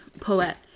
poet